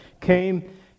came